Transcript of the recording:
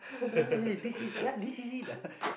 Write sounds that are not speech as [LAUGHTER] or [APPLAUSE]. this it !huh! this is it ah [LAUGHS]